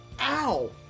Ow